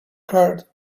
card